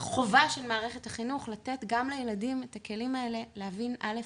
חובה של מערכת החינוך לתת גם לילדים את הכלים האלה להבין א',